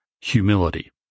Humility